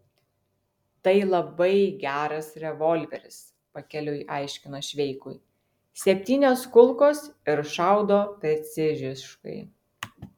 tai labai geras revolveris pakeliui aiškino šveikui septynios kulkos ir šaudo preciziškai